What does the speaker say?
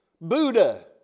Buddha